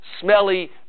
smelly